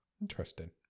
Interesting